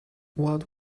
what